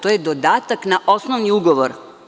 To je dodatak na osnovni ugovor.